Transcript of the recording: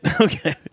Okay